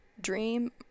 dream